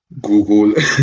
Google